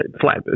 flat